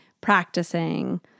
practicing